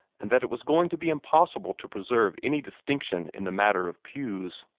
and that it was going to be impossible to present any distinction in the matter of pews.